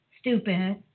stupid